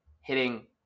hitting